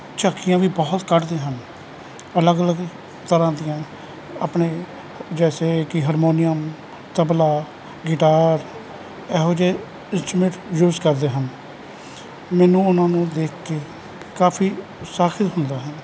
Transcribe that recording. ਝਾਕੀਆਂ ਵੀ ਬਹੁਤ ਕੱਢਦੇ ਹਨ ਅਲੱਗ ਅਲੱਗ ਤਰ੍ਹਾਂ ਦੀਆਂ ਆਪਣੇ ਜੈਸੇ ਕਿ ਹਰਮੋਨੀਅਮ ਤਬਲਾ ਗਿਟਾਰ ਇਹੋ ਜਿਹੇ ਇੰਸਟੂਮੈਂਟ ਯੂਜ਼ ਕਰਦੇ ਹਨ ਮੈਨੂੰ ਉਹਨਾਂ ਨੂੰ ਦੇਖ ਕੇ ਕਾਫੀ ਉਤਸ਼ਾਹਿਤ ਹੁੰਦਾ ਹਾਂ